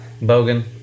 Bogan